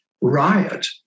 riot